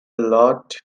lot